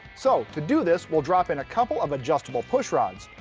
so to do this we'll drop in a couple of adjustable push rods.